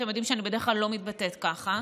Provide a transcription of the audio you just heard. אתם יודעים שאני בדרך כלל לא מתבטאת ככה,